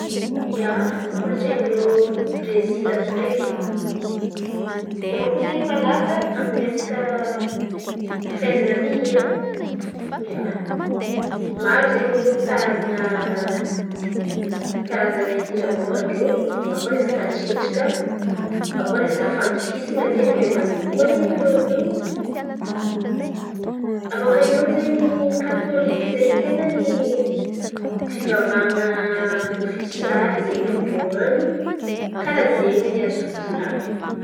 Ia, kolontsain̈in-drô Brezily àby io ndreky, irô koa zen̈y malaza amy resaka fahaizan̈a mihira. Ia, maro zen̈y karazan̈a karazan̈a hira aboakan-drô aviô resaka tsinjaka, aviô resaka fandokisan̈a zen̈y mahay mandoky koa zen̈y irô io. Abôkaiô zen̈y katôliky zen̈y ten̈a ny fivavahan̈a ôfisialy zen̈y amin-drô any. Karà zen̈y ny azoko volan̈iny.